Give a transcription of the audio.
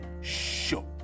shook